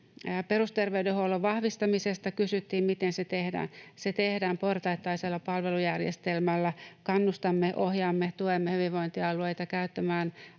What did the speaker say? Perusterveydenhuollon vahvistamisesta kysyttiin, miten se tehdään. Se tehdään portaittaisella palvelujärjestelmällä. Kannustamme, ohjaamme, tuemme hyvinvointialueita käyttämään